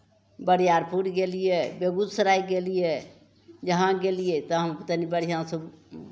बरियारपुर गेलियै बेगूसराय गेलियै जहाँ गेलियै तहाँ तनि बढ़िआँसँ